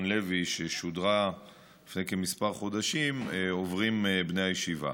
לוי ששודרה לפני כמה חודשים עוברים בני הישיבה.